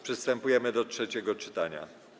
Przystępujemy do trzeciego czytania.